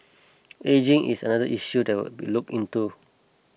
ageing is another issue that will be looked into